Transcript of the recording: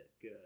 good